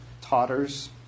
totters